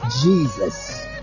Jesus